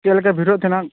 ᱪᱮᱫᱞᱮᱠᱟ ᱵᱷᱤᱲᱚ ᱛᱟᱦᱮᱱᱟ